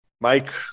Mike